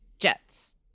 Jets